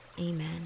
Amen